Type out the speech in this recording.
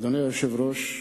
אדוני היושב-ראש,